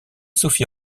sophie